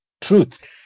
truth